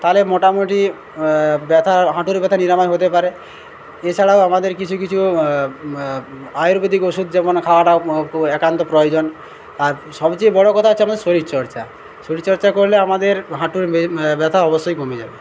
তাহলে মোটামুটি ব্যথা হাঁটুর ব্যথা নিরাময় হতে পারে এছাড়াও আমাদের কিছু কিছু আয়ুর্বেদিক ওষুধ যেমন খাওয়াটা একান্ত প্রয়োজন আর সবচেয়ে বড়ো কথা হচ্ছে আমাদের শরীরচর্চা শরীরচর্চা করলে আমাদের হাঁটুর মেম ব্যথা অবশ্যই কমে যাবে